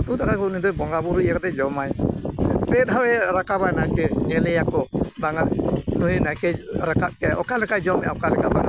ᱩᱛᱩ ᱫᱟᱠᱟ ᱜᱮ ᱩᱱᱤ ᱫᱚᱭ ᱵᱚᱸᱜᱟᱼᱵᱩᱨᱩ ᱤᱭᱟᱹ ᱠᱟᱛᱮᱭ ᱡᱚᱢᱟᱭ ᱯᱮ ᱫᱷᱟᱣᱮ ᱨᱟᱠᱟᱵᱟ ᱱᱟᱭᱠᱮ ᱧᱮᱞᱮᱭᱟᱠᱚ ᱵᱟᱝᱟ ᱱᱩᱭ ᱱᱟᱭᱠᱮᱭ ᱨᱟᱠᱟᱵ ᱠᱮᱜᱼᱟ ᱚᱠᱟ ᱞᱮᱠᱟᱭ ᱡᱚᱢᱮᱜᱼᱟ ᱚᱠᱟ ᱞᱮᱠᱟ ᱵᱟᱝ